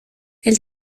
elle